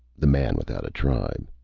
the man-without-a-tribe.